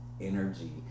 energy